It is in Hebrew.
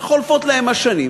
וחולפות להן השנים,